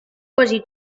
quasi